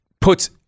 puts